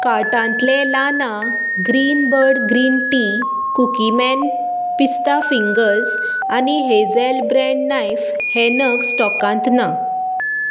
कार्टांतलें लाना Greenbird green tea Cookieman pista fingers आनी hazel bread knife हे नग स्टॉकांत ना